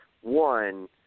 One